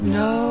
no